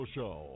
Show